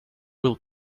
will